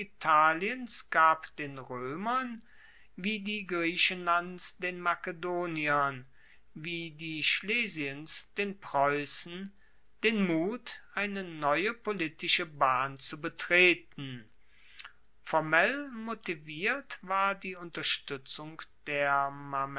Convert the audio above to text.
italiens gab den roemern wie die griechenlands den makedoniern wie die schlesiens den preussen den mut eine neue politische bahn zu betreten formell motiviert war die unterstuetzung der